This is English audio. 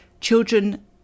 children